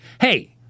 Hey